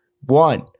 one